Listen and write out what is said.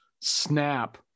snap